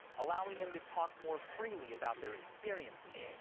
allowing them to talk more freely about their experiences.